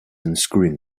unscrewing